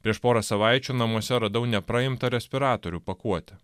prieš porą savaičių namuose radau nepraimtą respiratorių pakuotę